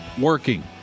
working